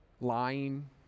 lying